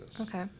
Okay